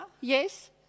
Yes